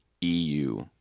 EU